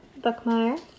Buckmeyer